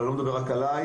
אבל אני לא מדבר רק עליי.